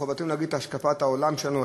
וחובתנו להביא את השקפת העולם שלנו,